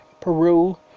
Peru